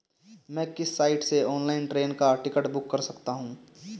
मैं किस साइट से ऑनलाइन ट्रेन का टिकट बुक कर सकता हूँ?